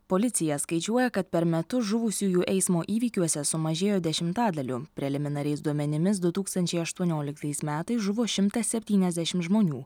policija skaičiuoja kad per metus žuvusiųjų eismo įvykiuose sumažėjo dešimtadaliu preliminariais duomenimis du tūkstančiai aštonioliktais metais žuvo šimtas septyniasdešim žmonių